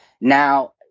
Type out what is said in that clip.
Now